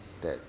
that